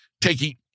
taking